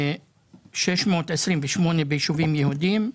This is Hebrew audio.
628 ביישובים יהודים,